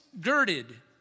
girded